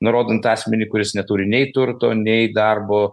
nurodant asmenį kuris neturi nei turto nei darbo